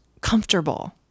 comfortable